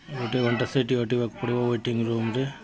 ଗୋଟେ ଘଣ୍ଟା ସେଟିି କାଟିବାକୁ ପଡ଼ିବ ୱେଟିଙ୍ଗ ରୁମ୍ରେ